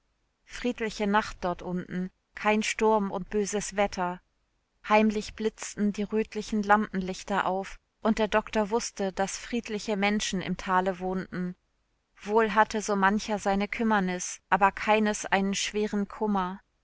friedliche nacht dort unten kein sturm und böses wetter heimlich blitzten die rötlichen lampenlichter auf und der doktor wußte daß friedliche menschen im tale wohnten wohl hatte so mancher seine kümmernis aber keines einen schweren kummer